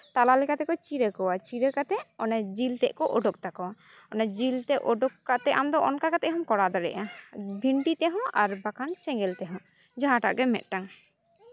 ᱛᱟᱞᱟ ᱞᱮᱠᱟ ᱛᱮᱠᱚ ᱪᱤᱨᱟᱹ ᱠᱚᱣᱟ ᱪᱤᱨᱟᱹ ᱠᱟᱛᱮᱫ ᱚᱱᱮ ᱡᱤᱞ ᱛᱮᱫ ᱠᱚ ᱩᱰᱩᱠ ᱛᱟᱠᱚᱣᱟ ᱚᱱᱮ ᱡᱤᱞ ᱛᱮᱫ ᱩᱰᱩᱠ ᱠᱟᱛᱮᱫ ᱟᱢᱫᱚ ᱚᱱᱠᱟ ᱠᱟᱛᱮᱫ ᱦᱚᱢ ᱠᱚᱨᱟᱣ ᱫᱟᱲᱮᱭᱟᱜᱼᱟ ᱵᱷᱤᱱᱴᱤ ᱛᱮᱦᱚᱸ ᱟᱨ ᱵᱟᱠᱷᱟᱱ ᱥᱮᱸᱜᱮᱞ ᱛᱮᱦᱚᱸ ᱡᱟᱦᱟᱸᱴᱟᱜ ᱜᱮ ᱢᱤᱫᱴᱟᱱ